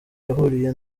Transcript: yahuriye